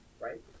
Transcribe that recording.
Right